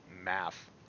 math